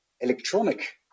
electronic